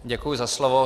Děkuji za slovo.